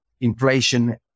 inflation